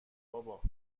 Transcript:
بابا